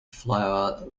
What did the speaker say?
flower